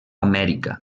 amèrica